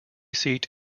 seat